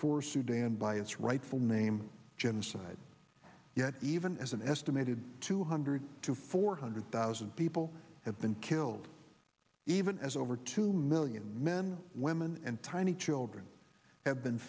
darfur sudan by its rightful name genocide yet even as an estimated two hundred to four hundred thousand people have been killed even as over two million men women and tiny children have been